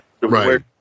Right